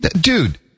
Dude